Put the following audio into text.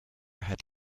had